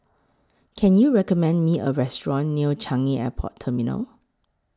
Can YOU recommend Me A Restaurant near Changi Airport Terminal